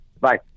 Bye